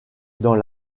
dans